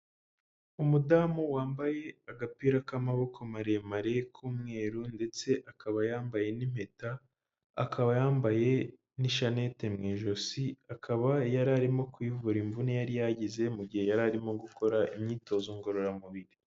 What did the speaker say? Umudamu wambaye agapira k'amaboko maremare k'umweru ndetse akaba yambaye n'impeta akaba yambaye n'ishanete mu ijosi, akaba yari arimo kwivura imvune yari yagize mu gihe yari arimo gukora imyitozo ngororamubiri.